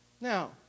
Now